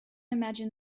imagine